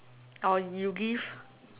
orh you give